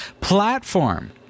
platform